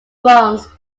phones